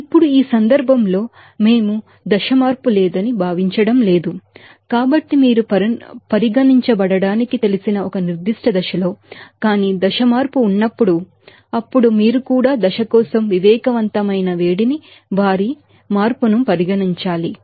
ఇప్పుడు ఈ సందర్భంలో మేము ఫేజ్ చేంజ్ లేదని భావించడం లేదు కాబట్టి మీరు పరిగణించబడటానికి తెలిసిన ఒక సర్టెన్ ఫేజ్ లో కానీ ఫేజ్ చేంజ్ ఉన్నప్పుడు అప్పుడు మీరు కూడా దశ కోసం సెన్సిబిల్ హీట్ ని వారి మార్పు ను పరిగణించాలి